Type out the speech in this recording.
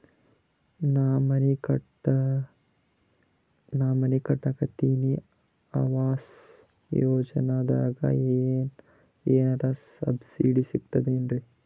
ನಾ ಮನಿ ಕಟಕತಿನಿ ಆವಾಸ್ ಯೋಜನದಾಗ ಏನರ ಸಬ್ಸಿಡಿ ಸಿಗ್ತದೇನ್ರಿ?